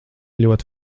ļoti